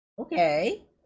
Okay